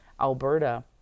Alberta